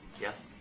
Yes